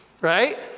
right